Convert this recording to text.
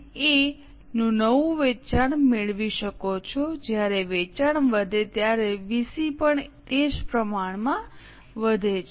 નું નવું વેચાણ મેળવી શકો છો જ્યારે વેચાણ વધે ત્યારે વીસી પણ તે જ પ્રમાણમાં વધે છે